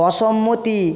অসম্মতি